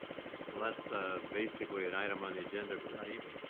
so that's ah basically an item on the agenda for this evening, so.